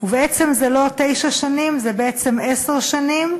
ובעצם זה לא תשע שנים, זה בעצם עשר שנים,